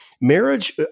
Marriage